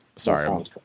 Sorry